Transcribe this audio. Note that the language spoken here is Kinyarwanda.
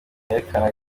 yerekana